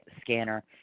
scanner